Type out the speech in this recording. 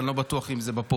אני לא בטוח אם זה בפרוצדורה,